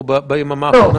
או ביממה האחרונה?